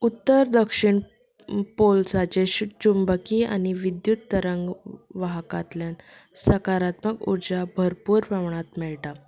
उत्तर दक्षीण पोल्सांचे चुंबकीय आनी विद्युत तरंग वाहकांतल्यान सकारात्मक उर्जा भरपूर प्रमाणांत मेळटा